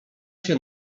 się